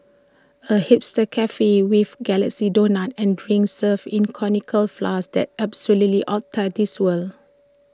A hipster Cafe with galaxy donuts and drinks served in conical flasks that's absolutely outta this world